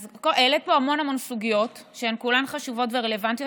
אז העלית פה המון המון סוגיות שהן כולן חשובות ורלוונטיות.